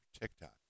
TikTok